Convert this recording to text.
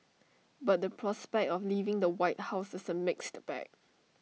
but the prospect of leaving the white house is A mixed bag